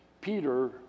Peter